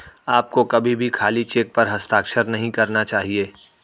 आपको कभी भी खाली चेक पर हस्ताक्षर नहीं करना चाहिए